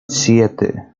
siete